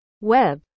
web